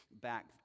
back